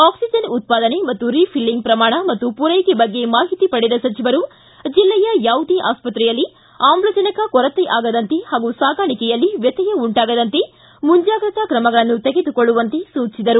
ಅಕ್ಲಿಜನ್ ಉತ್ಪಾದನೆ ಮತ್ತು ರಿಫಿಲ್ಲಿಂಗ್ ಪ್ರಮಾಣ ಮತ್ತು ಪೂರೈಕೆ ಬಗ್ಗೆ ಮಾಹಿತಿ ಪಡೆದ ಸಚಿವರು ಜಿಲ್ಲೆಯ ಯಾವುದೇ ಆಸ್ಪತ್ರೆಯಲ್ಲಿ ಆಮ್ಲಜನಕ ಕೊರತೆ ಆಗದಂತೆ ಹಾಗೂ ಸಾಗಾಣಿಕೆಯಲ್ಲಿ ವ್ಯತ್ಯಯ ಉಂಟಾಗದಂತೆ ಮುಂಜಾಗ್ರತಾ ಕ್ರಮಗಳನ್ನು ತೆಗೆದುಕೊಳ್ಳುವಂತೆ ಸೂಚಿಸಿದರು